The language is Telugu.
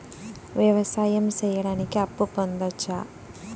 వ్యవసాయం సేయడానికి అప్పు పొందొచ్చా?